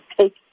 take